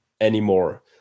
anymore